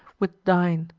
with thine.